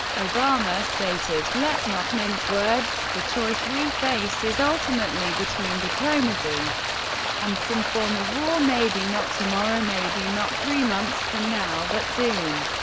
obama stated let's not mince words the choice we face is ultimately between diplomacy and some form of war maybe not tomorrow, maybe not three months from now, but soon.